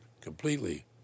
completely